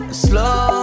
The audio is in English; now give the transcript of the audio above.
slow